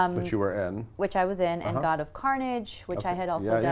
um which you were in. which i was in and god of carnage, which i had also yeah